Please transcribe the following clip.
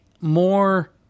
more